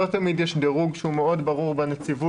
לא תמיד יש דירוג שהוא מאוד ברור בנציבות